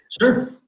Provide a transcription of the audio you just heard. Sure